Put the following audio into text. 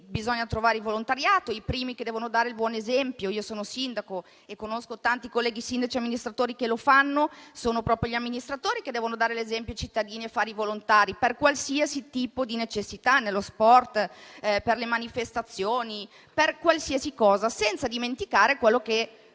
bisogna trovare il volontariato e sono i primi che devono dare il buon esempio. Io sono sindaco e conosco tanti colleghi sindaci e amministratori che lo fanno: sono proprio gli amministratori che devono dare l'esempio ai cittadini e fare i volontari per qualsiasi tipo di necessità, nello sport, per le manifestazioni, per qualsiasi cosa. Non dimentichiamo quello che